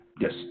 Yes